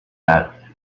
hat